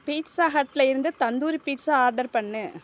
pizza ஹட்டில் இருந்து tandoori pizza order பண்ணு